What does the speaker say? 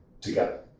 together